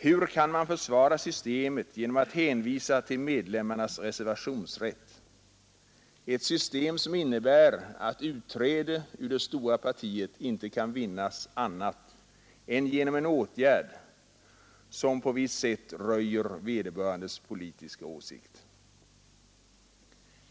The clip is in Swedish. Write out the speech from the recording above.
Hur kan man försvara systemet genom att hänvisa till medlemmarnas reservationsrätt? Det gäller ju ett system som innebär att utträde ur det stora partiet inte kan vinnas annat än genom en åtgärd som på visst sätt röjer vederbörandes politiska åsikt.